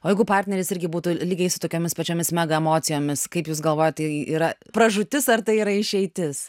o jeigu partneris irgi būtų lygiai su tokiomis pačiomis mega emocijomis kaip jūs galvojat tai yra pražūtis ar tai yra išeitis